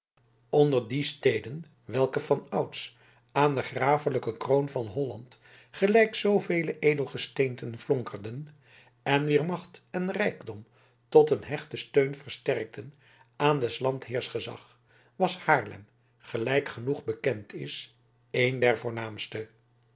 onder die steden welke vanouds aan de grafelijke kroon van holland gelijk zoovele edelgesteenten flonkerden en wier macht en rijkdom tot een hechten steun verstrekten aan des landheers gezag was haarlem gelijk genoeg bekend is een der voornaamste